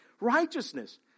righteousness